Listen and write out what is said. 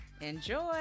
Enjoy